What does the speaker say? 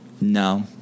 No